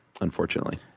Unfortunately